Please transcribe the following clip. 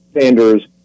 Sanders